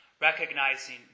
recognizing